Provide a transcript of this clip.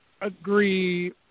agree